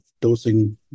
dosing